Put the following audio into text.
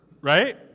right